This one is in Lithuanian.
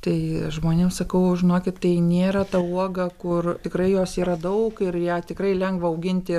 tai žmonėms sakau žinokit tai nėra ta uoga kur tikrai jos yra daug ir ją tikrai lengva auginti